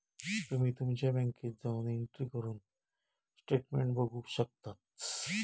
तुम्ही तुमच्या बँकेत जाऊन एंट्री करून स्टेटमेंट बघू शकतास